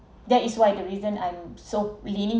that is why the reason I'm so leaning